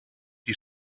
die